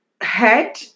head